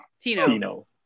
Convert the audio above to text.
Tino